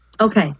Okay